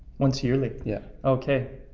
once yearly. yeah. okay.